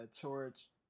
George